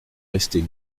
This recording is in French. rester